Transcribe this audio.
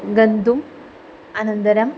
गन्तुम् अनन्तरम्